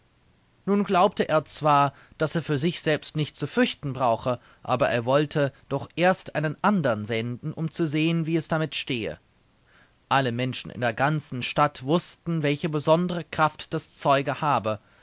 nun glaubte er zwar daß er für sich selbst nichts zu fürchten brauche aber er wollte doch erst einen andern senden um zu sehen wie es damit stehe alle menschen in der ganzen stadt wußten welche besondere kraft das zeuge habe